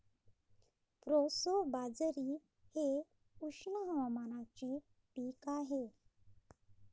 proso बाजरी हे उष्ण हवामानाचे पीक आहे